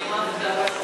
יום העבודה לא,